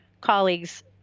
colleagues